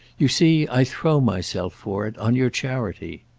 you see i throw myself for it on your charity.